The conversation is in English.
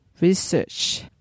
research